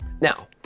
Now